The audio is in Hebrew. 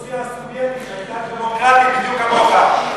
רוסיה הסובייטית הייתה דמוקרטית בדיוק כמוך.